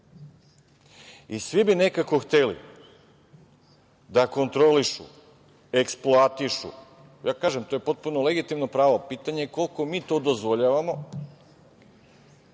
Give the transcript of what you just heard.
I svi bi nekako hteli da kontrolišu, eksploatišu, kažem to je potpuno legitimno pravo, pitanje je koliko to mi dozvoljavamo. Kompletno